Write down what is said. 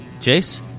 Jace